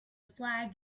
flag